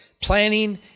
planning